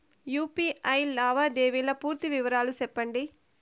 UPI లావాదేవీల పూర్తి వివరాలు సెప్పండి?